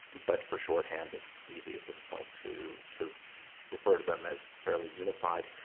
but for shorthand, it's easy at this point to to refer to them as fairly unified.